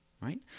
right